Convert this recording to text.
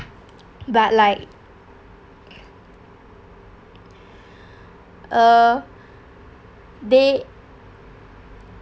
but like uh they